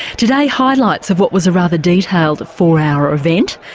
today, highlights of what was a rather detailed four-hour event,